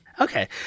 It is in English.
Okay